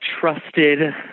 trusted